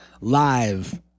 live